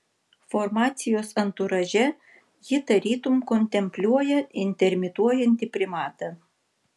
formacijos anturaže ji tarytum kontempliuoja intermituojantį primatą